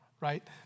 right